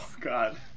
god